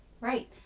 Right